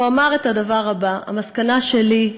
הוא אמר את הדבר הבא: המסקנה שלי,